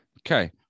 Okay